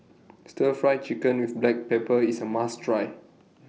Stir Fry Chicken with Black Pepper IS A must Try